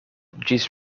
ĝis